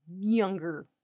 younger